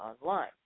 online